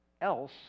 else